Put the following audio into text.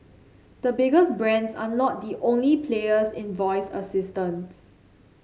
the biggest brands are not the only players in voice assistants